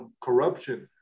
corruption